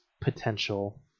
potential